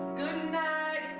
night,